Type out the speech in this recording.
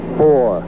four